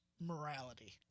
morality